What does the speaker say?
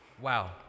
Wow